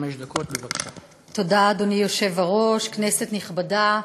תודה, אדוני היושב-ראש, כנסת נכבדה,